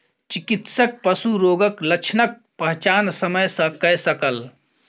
चिकित्सक पशु रोगक लक्षणक पहचान समय सॅ कय सकल